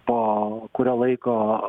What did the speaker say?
po kurio laiko